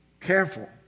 careful